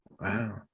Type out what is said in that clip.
Wow